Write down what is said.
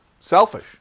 selfish